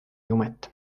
jumet